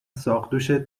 ساقدوشت